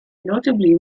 notably